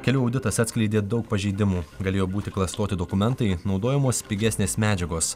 kelių auditas atskleidė daug pažeidimų galėjo būti klastoti dokumentai naudojamos pigesnės medžiagos